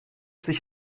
sich